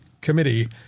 Committee